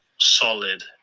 solid